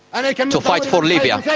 like and to fight for libya.